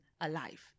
alive